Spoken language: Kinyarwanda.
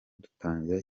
dutangira